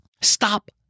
Stop